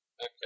Okay